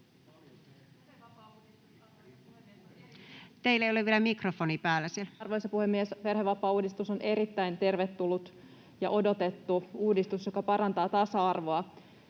puheenvuoron mik-rofonin ollessa suljettuna] Arvoisa puhemies! Perhevapaauudistus on erittäin tervetullut ja odotettu uudistus, joka parantaa tasa-arvoa.